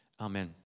Amen